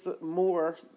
more